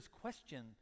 question